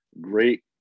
great